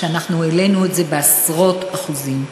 שאנחנו העלינו את זה בעשרות אחוזים.